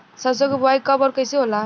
सरसो के बोआई कब और कैसे होला?